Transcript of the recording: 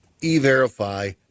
E-Verify